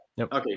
Okay